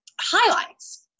highlights